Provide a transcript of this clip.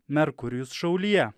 merkurijus šaulyje